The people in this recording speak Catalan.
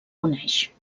coneix